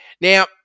now